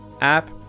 app